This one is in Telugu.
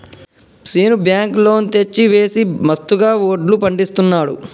శీను బ్యాంకు లోన్ తెచ్చి వేసి మస్తుగా వడ్లు పండిస్తున్నాడు